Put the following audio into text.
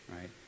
right